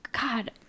god